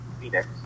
Phoenix